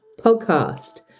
podcast